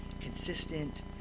consistent